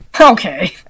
Okay